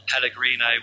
Pellegrino